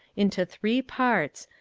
into three parts,